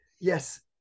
yes